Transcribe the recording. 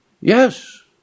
yes